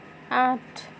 আঠ